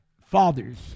fathers